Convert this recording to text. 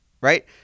right